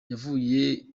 yavuye